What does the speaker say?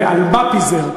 ועל מה פיזר,